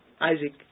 Isaac